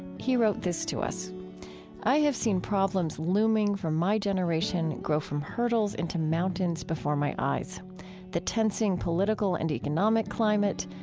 he wrote this to us i have seen problems looming for my generation grow from hurdles into mountains before my eyes the tensing political and economic climate,